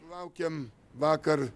laukėm vakar